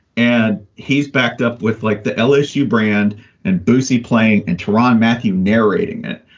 and he's backed up with like the lsu brand and boosie playing and tauron matthew narrating it.